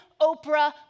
Oprah